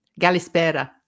Galispera